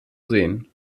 sehen